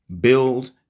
build